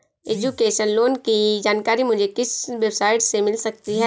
Education loan की जानकारी मुझे किस वेबसाइट से मिल सकती है?